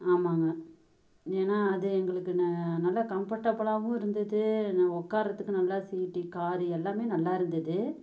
ஆமாங்க ஏன்னா அது எங்களுக்கு நல்லா கம்ஃபர்ட்டபிளாகவும் இருந்தது ந உட்காரத்துக்கு நல்லா சீட்டு கார் எல்லாமே நல்லாயிருந்தது